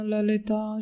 Lalita